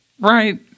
Right